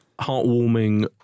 heartwarming